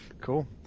Cool